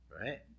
right